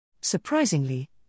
Surprisingly